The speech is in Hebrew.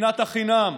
שנאת חינם,